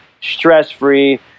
Stress-free